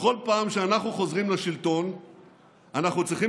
בכל פעם שאנחנו חוזרים לשלטון אנחנו צריכים